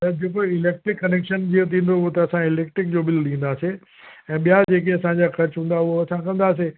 ऐं जेको electric connection जीअं थींदो उहो त असां इलेक्ट्रिक जो बिल ॾींदासीं ऐं ॿिया जेके असांजा ख़र्च हूंदा उहो असां कंदासीं